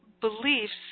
beliefs